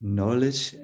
knowledge